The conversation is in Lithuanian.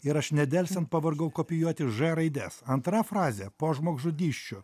ir aš nedelsiant pavargau kopijuoti ž raides antra frazė po žmogžudysčių